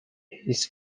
his